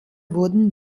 wurden